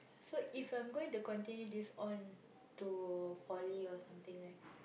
so if I'm going to continue this on to poly or something right